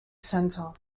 center